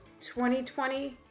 2020